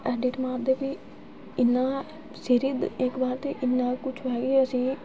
edit मारदे फ्ही इन्ना सीरियस इक बार ते इन्ना किछ होआ कि असें ई